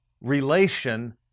relation